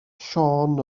siôn